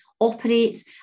operates